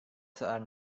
seorang